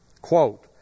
Quote